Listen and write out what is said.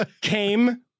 Came